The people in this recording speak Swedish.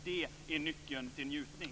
Det är nyckeln till njutning.